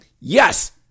Yes